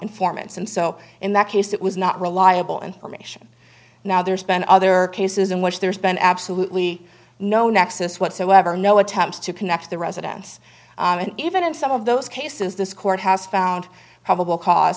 informants and so in that case it was not reliable information now there's been other cases in which there's been absolutely no nexus whatsoever no attempts to connect the residence and even in some of those cases this court has found probable cause